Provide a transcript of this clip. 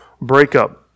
breakup